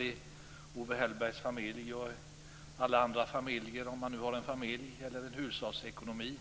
I Owe Hellbergs familj och i alla andra familjer, om man nu har en familj eller en hushållsekonomi,